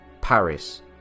Paris